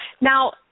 Now